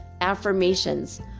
Affirmations